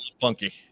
funky